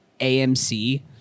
amc